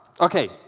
Okay